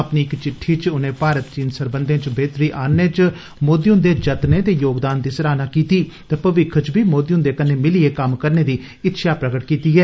अपनी इक चिट्ठी च उनें भारत चीन सरबंधे च बेहतरी आन्नने च मोदी हुंदे जतनें ते योगदान दी सराहना कीती ते भविक्ख च बी मोदी हुंदे कन्नै मिलियै कम्म करने दी इच्छेआ प्रगट कीती ऐ